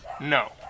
No